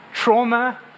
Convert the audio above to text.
Trauma